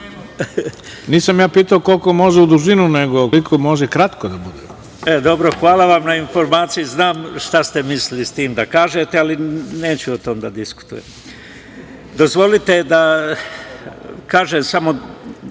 Nisam ja pitao koliko može u dužinu, koliko može kratko da bude.